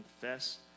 confess